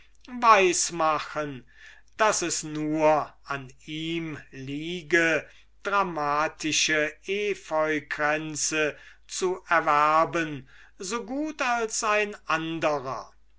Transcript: machen daß es nur an ihm liege dramatische epheukränze zu erwerben so gut als ein anderer